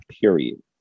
period